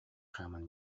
хааман